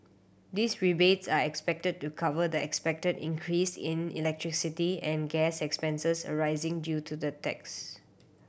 these rebates are expected to cover the expected increase in electricity and gas expenses arising due to the tax